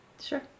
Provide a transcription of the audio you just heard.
Sure